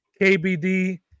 KBD